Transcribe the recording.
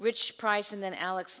which price and then alex